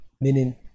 meaning